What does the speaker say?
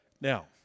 Now